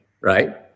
right